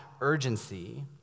urgency